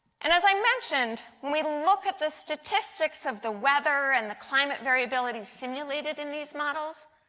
and as i mentioned, when we look at the statistics of the weather and the climate variability simulated in these models,